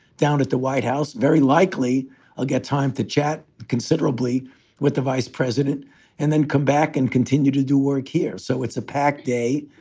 down at the white house, very likely i'll get time to chat considerably with the vice president and then come back and continue to do work here. so it's a packed day.